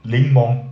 柠檬